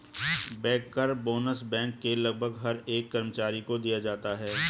banker bonus bank के लगभग हर एक कर्मचारी को दिया जाता है